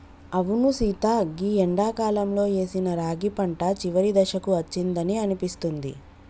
అవును సీత గీ ఎండాకాలంలో ఏసిన రాగి పంట చివరి దశకు అచ్చిందని అనిపిస్తుంది